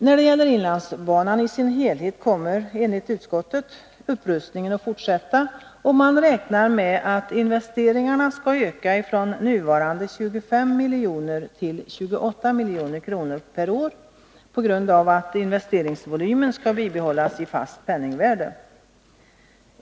När det gäller Inlandsbanan i dess helhet kommer enligt utskottet upprustningen att fortsätta, och man räknar med att investeringarna skall öka från nuvarande 25 milj.kr. till 28 milj.kr. per år på grund av att investeringsvolymen skall bibehållas i fast penningvärde.